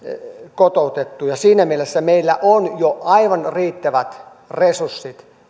kotoutettua maksaa meille vuodessa viisisataa miljoonaa euroa ja siinä mielessä meillä on jo aivan riittävät resurssit